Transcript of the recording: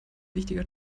wichtiger